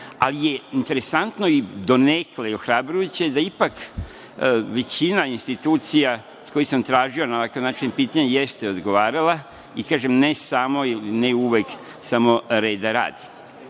Ali je interesantno i donekle ohrabrujuće da ipak većina institucija sa kojima sam tražio na ovakav način pitanje jeste odgovarala i, kažem, ne samo uvek reda radi. Tako